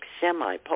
semi